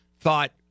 thought